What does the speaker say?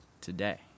today